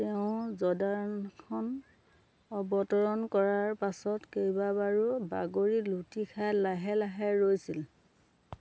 তেওঁৰ জৰ্ডানখন অৱতৰণ কৰাৰ পাছত কেইবাবাৰো বাগৰি লুটি খাই লাহে লাহে ৰৈছিল